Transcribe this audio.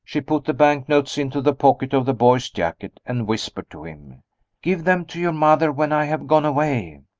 she put the bank-notes into the pocket of the boy's jacket, and whispered to him give them to your mother when i have gone away.